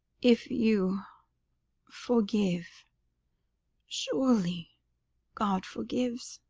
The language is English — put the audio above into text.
if you forgive surely god forgives?